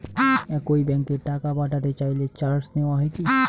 একই ব্যাংকে টাকা পাঠাতে চাইলে চার্জ নেওয়া হয় কি?